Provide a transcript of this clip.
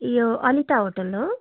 ए यो अनिता होटेल हो